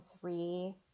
three